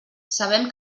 sabem